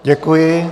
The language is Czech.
Děkuji.